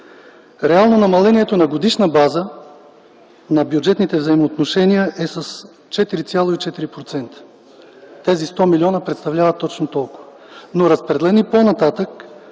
Реално намалението на годишна база на бюджетните взаимоотношения е с 4,4%. Тези 100 милиона представляват точно толкова. Но разпределени по-нататък,